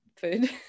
food